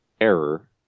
error